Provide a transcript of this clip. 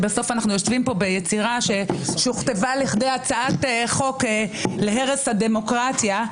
ובסוף אנחנו יושבים פה ביצירה שהוכתבה לכדי הצעת חוק להרס הדמוקרטיה.